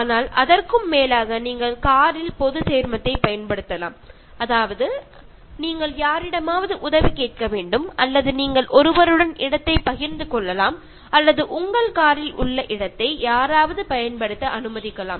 ஆனால் அதற்கும் மேலாக நீங்கள் காரில் பொதுசேர்மத்தை பயன்படுத்தலாம் அதாவது நீங்கள் யாரிடமாவது உதவி கேட்க வேண்டும் அல்லது நீங்கள் ஒருவருடன் இடத்தைப் பகிர்ந்து கொள்ளலாம் அல்லது உங்கள் காரில் உள்ள இடத்தை யாராவது பயன்படுத்த அனுமதிக்கலாம்